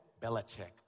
Belichick